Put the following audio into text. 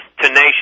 tenacious